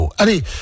Allez